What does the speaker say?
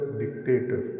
dictator